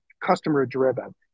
customer-driven